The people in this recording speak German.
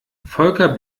volker